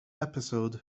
episode